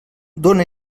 dóna